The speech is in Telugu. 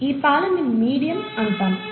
ఈ పాలని మీడియం అంటాము